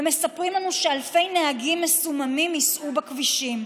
ומספרים לנו שאלפי נהגים מסוממים ייסעו בכבישים.